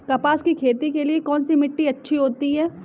कपास की खेती के लिए कौन सी मिट्टी अच्छी होती है?